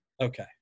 Okay